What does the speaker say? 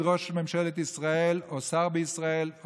"ראש ממשלת ישראל" או "שר בישראל".